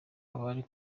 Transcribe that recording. abari